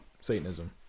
Satanism